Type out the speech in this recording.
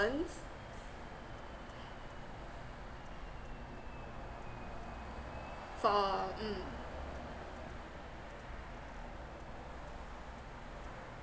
for mm